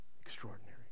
Extraordinary